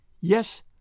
Yes